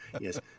yes